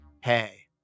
hey